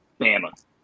Bama